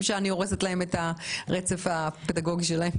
שאני הורסת להם את הרצף הפדגוגי שלהם.